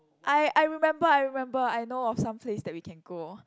I I remember I remember I know of some place that we can go